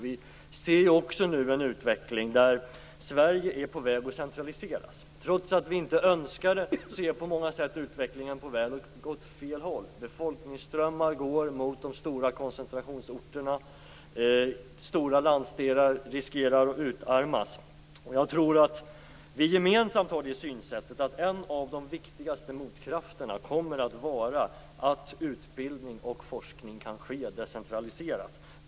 Vi ser ju nu en utveckling där Sverige är på väg att centraliseras. Trots att vi inte önskar det, är utvecklingen på många sätt på väg åt fel håll. Befolkningsströmmar går mot de stora koncentrationsorterna. Stora landsdelar riskerar att utarmas. Jag tror att vi gemensamt har det synsättet att en av de viktigaste motkrafterna kommer att vara att utbildning och forskning kan ske decentraliserat.